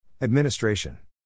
Administration